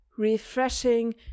refreshing